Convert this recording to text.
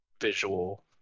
visual